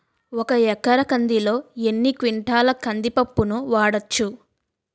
ఒక ఎకర కందిలో ఎన్ని క్వింటాల కంది పప్పును వాడచ్చు?